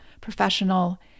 professional